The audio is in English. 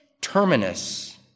terminus